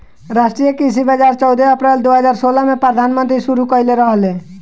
राष्ट्रीय कृषि बाजार चौदह अप्रैल दो हज़ार सोलह में प्रधानमंत्री शुरू कईले रहले